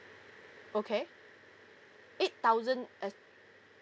okay eight thousand eh